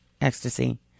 ecstasy